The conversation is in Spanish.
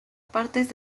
partes